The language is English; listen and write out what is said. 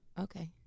okay